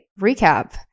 Recap